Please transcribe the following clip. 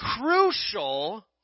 crucial